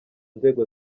nzego